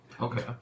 Okay